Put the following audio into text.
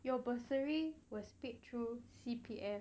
your bursary was paid through C_P_F